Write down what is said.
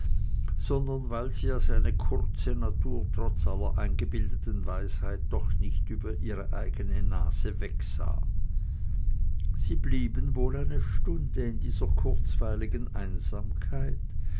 sondern weil sie als eine kurze natur trotz aller eingebildeten weisheit doch nicht über ihre eigene nase wegsah sie blieben wohl eine stunde in dieser kurzweiligen einsamkeit